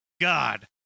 God